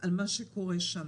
על מה שקורה שמה.